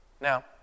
Now